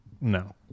No